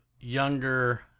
younger